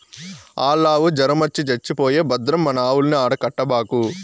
ఆల్లావు జొరమొచ్చి చచ్చిపోయే భద్రం మన ఆవుల్ని ఆడ కట్టబాకు